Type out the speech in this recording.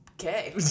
Okay